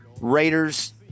Raiders